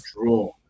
draw